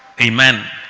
Amen